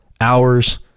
hours